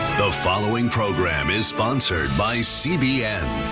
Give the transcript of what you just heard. the following program is sponsored by cbn.